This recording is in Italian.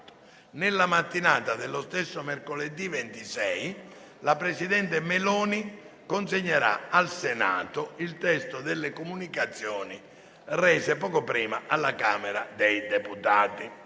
Nella mattinata dello stesso mercoledì 26 la presidente Meloni consegnerà al Senato il testo delle comunicazioni rese poco prima alla Camera dei deputati.